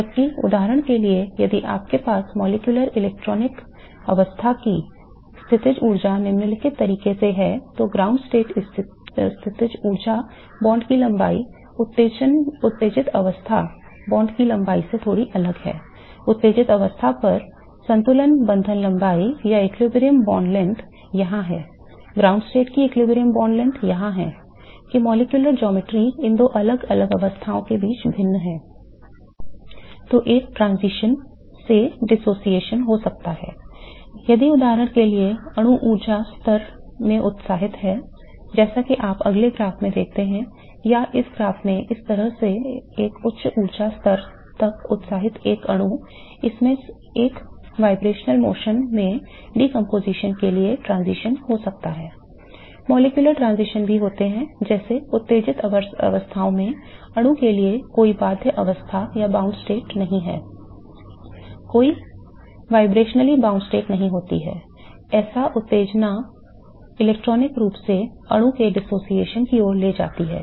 जबकि उदाहरण के लिए यदि आपके पास मॉलिक्यूलर इलेक्ट्रॉनिक अवस्था की स्थितिज ऊर्जा निम्नलिखित तरीके से है तो ग्राउंड स्टेट स्थितिज ऊर्जा बॉन्ड की लंबाई उत्तेजित अवस्था बॉन्ड की लंबाई से थोड़ी अलग है उत्तेजित अवस्था पर संतुलन बंधन लंबाई के लिए transition हो सकता है मॉलिक्यूलर transition भी होते हैं जैसे उत्तेजित अवस्थाओं में अणु के लिए कोई बाध्य अवस्था की ओर ले जाती है